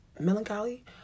melancholy